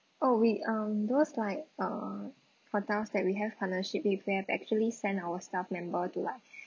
oh we um those like uh hotels that we have partnership with we have actually send our staff member to lah